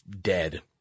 dead